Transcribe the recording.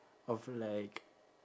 of like